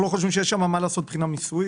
אנחנו לא חושבים שיש שם מה לעשות מבחינה מיסויית,